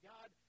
God